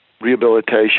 rehabilitation